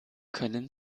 können